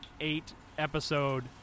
eight-episode